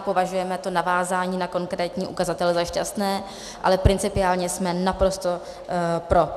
Nepovažujeme to navázání na konkrétní ukazatele za šťastné, ale principiálně jsme naprosto pro.